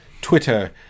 Twitter